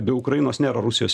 be ukrainos ne rusijos